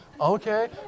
Okay